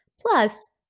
Plus